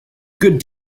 good